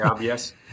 Yes